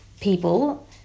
people